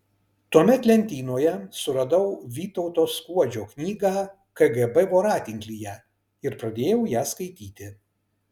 tuomet lentynoje suradau vytauto skuodžio knygą kgb voratinklyje ir pradėjau ją skaityti